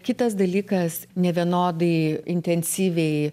kitas dalykas nevienodai intensyviai